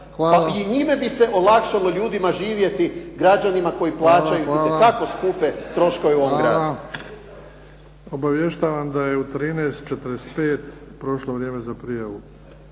Pa i njime bi se olakšalo ljudima živjeti, građanima koji plaćaju itekako skupe troškove u ovom gradu. **Bebić, Luka (HDZ)** Hvala. Obavještavam da je u 13,45 prošlo vrijeme za prijavu